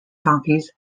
donkeys